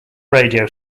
radio